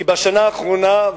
כי בשנה האחרונה,